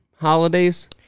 holidays